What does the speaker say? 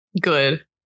Good